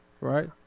right